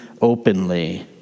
openly